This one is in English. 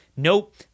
Nope